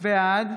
בעד